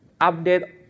update